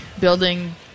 building